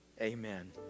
Amen